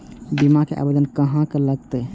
बीमा के आवेदन कहाँ लगा सके छी?